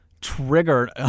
Triggered